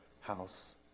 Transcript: house